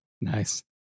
Nice